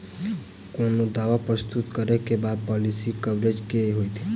कोनो दावा प्रस्तुत करै केँ बाद पॉलिसी कवरेज केँ की होइत?